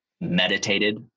meditated